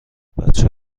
بچه